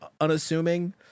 unassuming